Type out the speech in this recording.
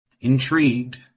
Intrigued